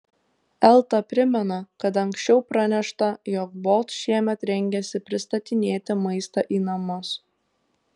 elta primena kad anksčiau pranešta jog bolt šiemet rengiasi pristatinėti maistą į namus